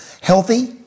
healthy